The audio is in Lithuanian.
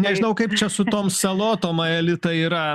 nežinau kaip čia su tom salotom aelita yra